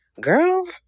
girl